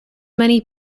many